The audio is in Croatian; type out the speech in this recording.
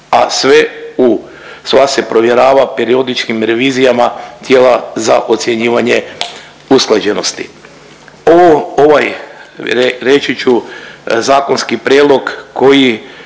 u, sva se provjerava periodičkim revizijama tijela za ocjenjivanje usklađenosti. Ovo, ovaj, reći ću, zakonski prijedlog koji